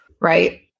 right